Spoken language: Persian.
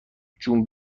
جون